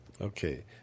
Okay